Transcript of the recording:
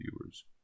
viewers